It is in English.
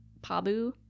Pabu